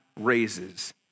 raises